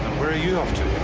where are you off to?